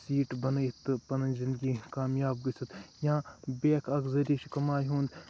seat بَنٲیِتھ تہٕ پَنٕنۍ زِندگی کامیاب گٔژِتھ یا بیاکھ اکھ ذٔریعہٕ چھُ کَمایہِ ہُند